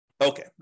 Okay